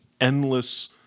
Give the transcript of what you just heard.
endless